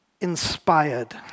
inspired